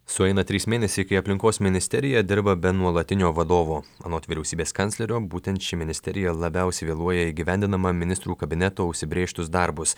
sueina trys mėnesiai kai aplinkos ministerija dirba be nuolatinio vadovo anot vyriausybės kanclerio būtent ši ministerija labiausiai vėluoja įgyvendindama ministrų kabineto užsibrėžtus darbus